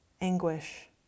anguish